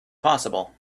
possible